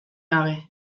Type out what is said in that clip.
gabe